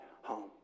home